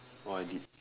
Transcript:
oh I did